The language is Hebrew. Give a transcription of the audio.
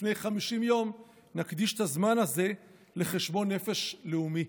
לפני 50 יום, נקדיש את הזמן הזה לחשבון נפש לאומי.